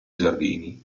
giardini